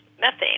methane